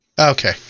Okay